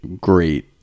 great